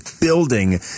building